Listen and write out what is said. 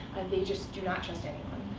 they just do not trust anyone.